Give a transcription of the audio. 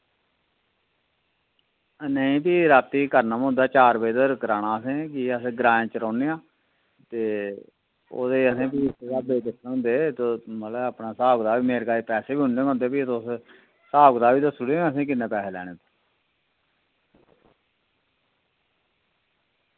नेईं भी रातीं करना पौंदा चार बजे तगर कराना असें की के अस ग्रांऽ बिच रौह्ने आं ते ओह्दे च असें उस्सै स्हाबै दे दिक्खनै होंदे ते अपना स्हाब कताब मेरे कश पैसे बी उन्ने होंदे ते स्हाब कताब बी दस्सी ओड़ेओ निं किन्ने पैसे लैने